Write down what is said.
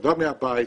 עבודה מהבית,